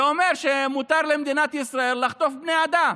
זה אומר שמותר למדינת ישראל לחטוף בני אדם,